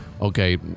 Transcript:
okay